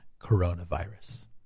coronavirus